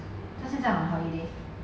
他现在 on holiday